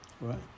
Right